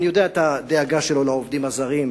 אני יודע את הדאגה שלו לעובדים הזרים,